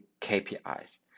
KPIs